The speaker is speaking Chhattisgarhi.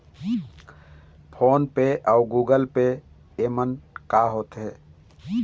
फ़ोन पे अउ गूगल पे येमन का होते?